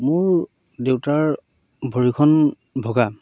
মোৰ দেউতাৰ ভৰিখন ভগা